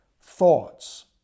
thoughts